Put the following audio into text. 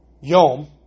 yom